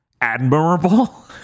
admirable